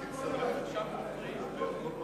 כבוד היושב-ראש, אין סוף,